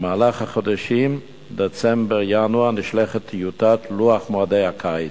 במהלך החודשים דצמבר-ינואר נשלחת טיוטת לוח מועדי הקיץ.